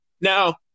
Now